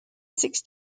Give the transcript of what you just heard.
six